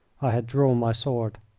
i had drawn my sword.